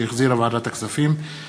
שהחזירה ועדת הכספים,